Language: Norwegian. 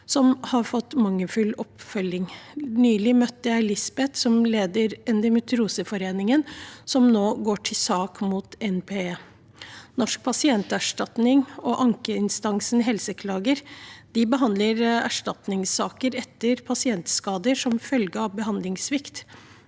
som har fått mangelfull oppfølging. Nylig møtte jeg Elisabeth Raasholm Larby, styreleder for Endometrioseforeningen, som nå går til sak mot NPE. Norsk pasientskadeerstatning og ankeinstansen Helseklage behandler erstatningssaker etter pasientskader som følge av behandlingssvikt.